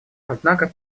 однако